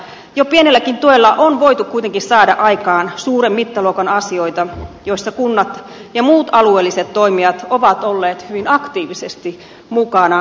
jo pienelläkin tuella on voitu kuitenkin saada aikaan suuren mittaluokan asioita joissa kunnat ja muut alueelliset toimijat ovat olleet hyvin aktiivisesti mukana